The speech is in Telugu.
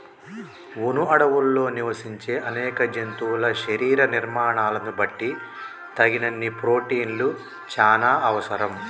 వును అడవుల్లో నివసించే అనేక జంతువుల శరీర నిర్మాణాలను బట్టి తగినన్ని ప్రోటిన్లు చానా అవసరం